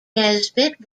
nesbitt